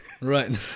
Right